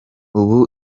ubu